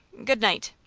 good-night!